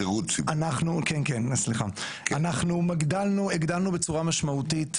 אנחנו הגדלנו בצורה משמעותית